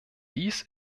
dies